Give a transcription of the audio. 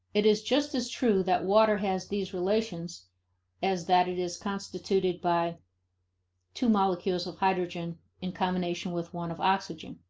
it is just as true that water has these relations as that it is constituted by two molecules of hydrogen in combination with one of oxygen.